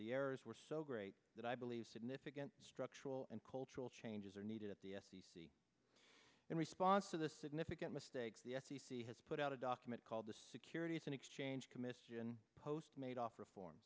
errors were so great that i believe significant structural and cultural changes are needed at the f t c in response to the significant mistakes the f c c has put out a document called the securities and exchange commission post made off reform